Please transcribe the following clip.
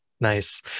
Nice